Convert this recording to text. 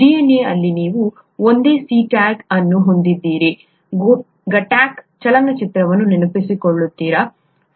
DNA ಅಲ್ಲಿ ನೀವು ಒಂದೇ CTAG ಅನ್ನು ಹೊಂದಿದ್ದೀರಿ ಗಟ್ಟಾಕಾ ಚಲನಚಿತ್ರವನ್ನು ನೆನಪಿಸಿಕೊಳ್ಳುತ್ತೀರಾ